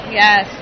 yes